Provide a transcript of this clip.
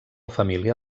família